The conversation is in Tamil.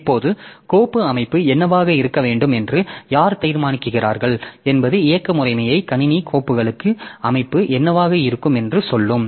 இப்போது கோப்பு அமைப்பு என்னவாக இருக்க வேண்டும் என்று யார் தீர்மானிக்கிறார்கள் என்பது இயக்க முறைமை கணினி கோப்புகளுக்கு அமைப்பு என்னவாக இருக்கும் என்று சொல்லும்